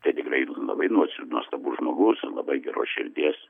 tai tikrai labai nuoširdu nuostabus žmogus labai geros širdies